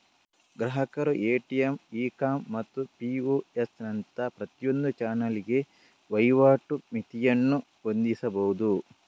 ಗ್ರಾಹಕರು ATM, e com ಮತ್ತು POS ನಂತಹ ಪ್ರತಿಯೊಂದು ಚಾನಲಿಗೆ ವಹಿವಾಟು ಮಿತಿಯನ್ನು ಹೊಂದಿಸಬಹುದು